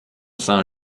saint